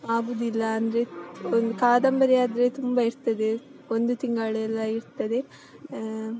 ಆಗೋದಿಲ್ಲ ಅಂದರೆ ಒಂದು ಕಾದಂಬರಿ ಆದರೆ ತುಂಬ ಇರ್ತದೆ ಒಂದು ತಿಂಗಳೆಲ್ಲ ಇರ್ತದೆ